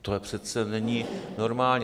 To přece není normální.